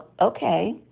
okay